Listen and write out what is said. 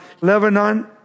Lebanon